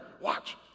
watch